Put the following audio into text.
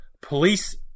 Police